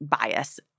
bias